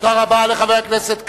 תודה לחבר הכנסת כבל.